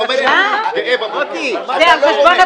אל תתנו לו במה.